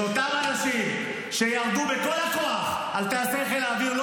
שאותם אנשים שירדו בכל הכוח על טייסי חיל האוויר,